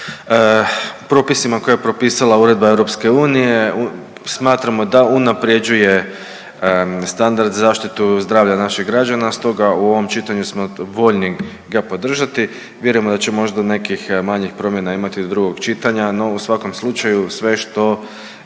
sa propisima koje je propisala Uredba EU. Smatramo da unaprjeđuje standard za zaštitu zdravlja naših građana stoga u ovom čitanju smo voljni ga podržati. Vjerujemo da će možda nekih manjih promjena imati do drugog čitanja, no u svakom slučaju sve što